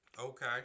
Okay